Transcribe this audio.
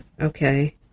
Okay